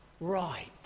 right